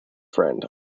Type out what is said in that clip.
friend